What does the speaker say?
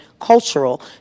cultural